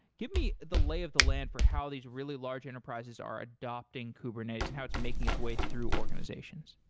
give me the lay of the land for how these really large enterprises are adopting kubernetes and how it's making its way through organizations.